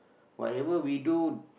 whatever we do